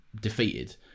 defeated